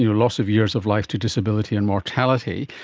you know loss of years of life to disability and mortality.